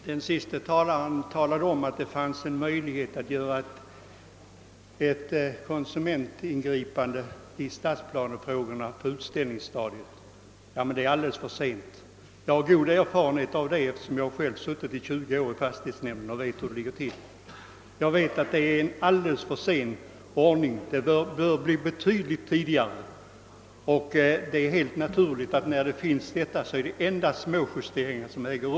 Herr talman! Herr Tobé nämnde att konsumenterna har möjlighet att ingripa i stadsplanefrågorna på utställningsstadiet. Det är emellertid alldeles för sent — jag har god erfarenhet av det eftersom jag suttit 20 år i en fastighetsnämnd. Ingripandet bör kunna göras betydligt tidigare. När ärendet väl kommit till utställningsstadiet blir det endast småjusteringar som göres.